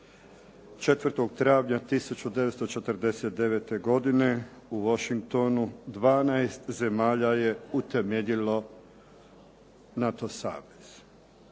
4. travnja 1949. godine u Washingtonu 12 zemalja je utemeljilo NATO savez.